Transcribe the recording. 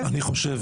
אני חושב,